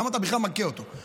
למה אתה מכה אותו בכלל?